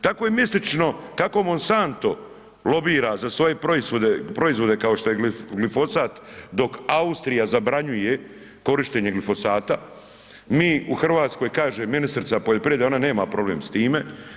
Tako je mistično kako Monsanto lobira za svoje proizvode kao što je glifosat, dok Austrija zabranjuje korištenje glifosata, mi u RH kaže ministrica poljoprivrede ona nema problem s time.